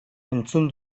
entzun